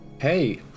Hey